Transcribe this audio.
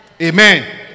Amen